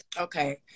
okay